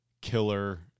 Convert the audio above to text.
killer